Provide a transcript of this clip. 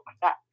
back